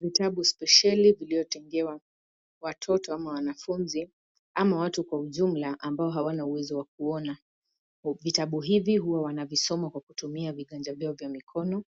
Vitabu spesheli viliyo tengewa watoto ama wanafunzi ama watu kwa ujumla ambao hawana uwezo wa kuona , vitabu hivi huwa wanavisoma kupitia viganja vyao vya mikono